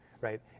right